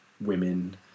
women